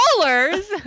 dollars